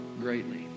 greatly